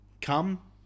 come